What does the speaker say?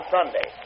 Sunday